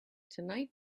tonight